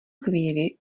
chvíli